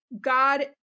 God